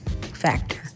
factor